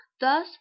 thus